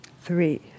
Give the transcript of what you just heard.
Three